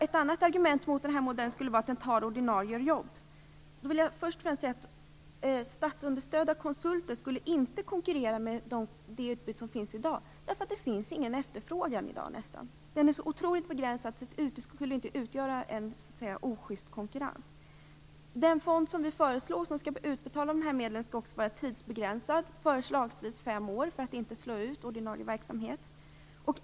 Ett annat argument mot den här modellen skulle vara att den slår ut ordinarie jobb. Jag vill först säga att statsunderstödda konsulter inte skulle konkurrera med det utbud som i dag finns. Det finns i dag nästan ingen efterfrågan på sådana. Den är så oerhört begränsad att det inte skulle bli en osjyst konkurrens. Den fond som vi föreslår för utbetalning av de aktuella medlen skall vara tidsbegränsad till förslagsvis fem år för att inte slå ut ordinarie verksamhet.